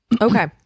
Okay